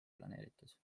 planeeritud